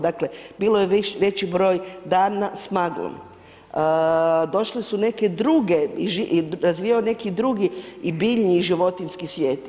Dakle bio je veći broj dana s maglom, došle su neke druge i razvijao neki drugi i biljni i životinjski svijet.